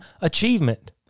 achievement